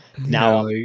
Now